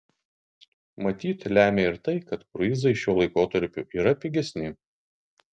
matyt lemia ir tai kad kruizai šiuo laikotarpiu yra pigesni